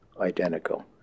identical